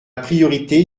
priorité